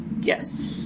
Yes